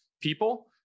people